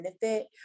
benefit